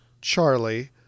Charlie